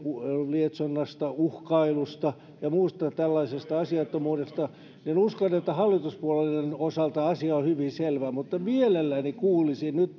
lietsonnasta uhkailusta ja muusta tällaisesta asiattomuudesta niin uskon että hallituspuolueiden osalta asia on hyvin selvä mutta mielelläni kuulisin nyt